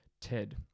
Ted